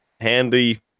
Handy